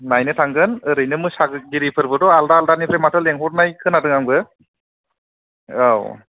नायनो थांगोन ओरैनो मोसागिरि फोरबोथ' आलदा आलदा निफ्राय माथो लेंहरनाय खोनादों आंबो औ